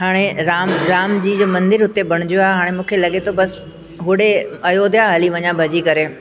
हाणे राम राम जी जो मंदरु उते बणिजो आहे हाणे मूंखे लॻे थो बसि होॾे अयोध्या हली वञा भजी करे